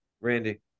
Randy